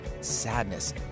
sadness